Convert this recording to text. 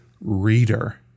Reader